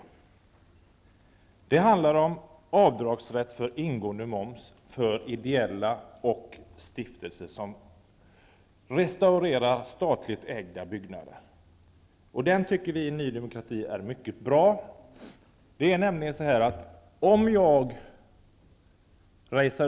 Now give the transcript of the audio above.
Motionerna handlar om avdragsrätt för ingående moms för ideella föreningar och stiftelser som restaurerar statligt ägda byggnader. Vi i Ny demokrati tycker att dessa motioner är mycket bra.